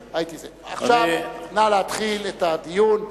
עכשיו נא להתחיל את הדיון.